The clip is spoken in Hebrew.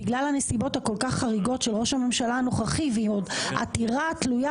בגלל הנסיבות הכול כך חריגות של ראש הממשלה הנוכחי ועם עתירה תלויה